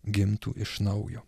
gimtų iš naujo